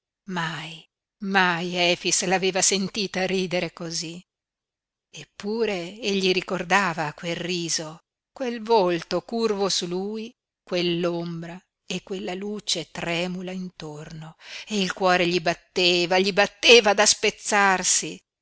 mai mai efix l'aveva sentita ridere cosí eppure egli ricordava quel riso quel volto curvo su lui quell'ombra e quella luce tremula intorno e il cuore gli batteva gli batteva da spezzarsi